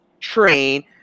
train